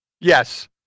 Yes